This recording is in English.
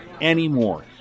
anymore